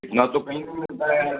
इतना तो कहीं नहीं मिलता यार